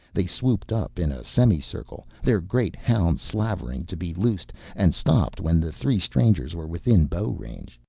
they swooped up in a semicircle, their great hounds slavering to be loosed, and stopped when the three strangers were within bow range.